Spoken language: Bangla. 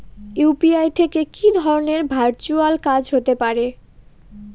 ইউ.পি.আই থেকে কি ধরণের ভার্চুয়াল কাজ হতে পারে?